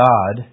God